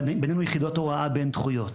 בנינו יחידות הוראה בין דחויות,